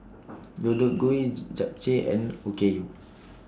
Deodeok Gui Japchae and Okayu